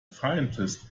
faintest